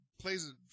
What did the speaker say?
plays